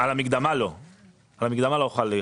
על המקדמה לא חל קיזוז.